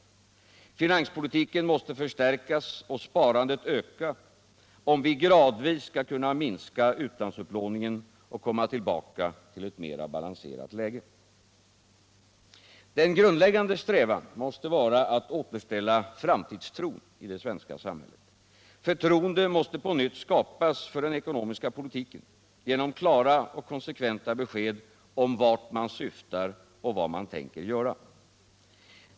Finanspolitiken måste förstärkas och sparandet ökas om vi gradvis skall kunna minska utlandsupplåningen och komma tillbaka till ett mera balanserat läge. Den grundläggande strävan måste vara att återställa framtidstron i det svenska samhället. Förtroende måste på nytt skapas för den ekonomiska politiken genom klara och konsekventa besked om vart man syftar och vad man tänker göra.